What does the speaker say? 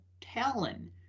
Talon